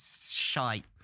Shite